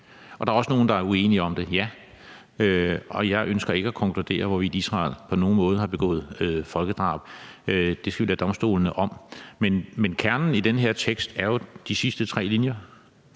Der er også nogle, der er uenige om det, ja, men jeg ønsker ikke at konkludere, hvorvidt Israel på nogen måde har begået folkedrab, for det skal vi lade domstolene om. Men kernen i den her tekst er jo de sidste tre linjer,